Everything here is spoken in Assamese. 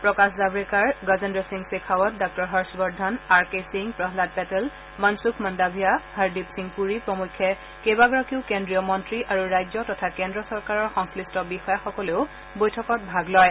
প্ৰকাশ জাম্ৰেকাৰ গজেন্দ্ৰ সিং শেখাৰট ডাঃ হৰ্ষবৰ্ধন আৰ কে সিং প্ৰহাদ পেটেল মনচুখ মন্দাভিয়া হৰদীপ সিং পুৰী প্ৰমুখ্যে কেইবাগৰাকীও কেজ্ৰীয় মন্ত্ৰী আৰু ৰাজ্য তথা কেন্দ্ৰ চৰকাৰৰ সংশ্লিষ্ট বিষয়াসকলেও বৈঠকত ভাগ লয়